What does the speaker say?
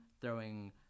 throwing